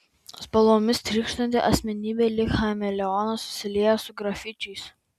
spalvomis trykštanti asmenybė lyg chameleonas susilieja su grafičiais